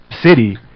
city